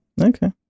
Okay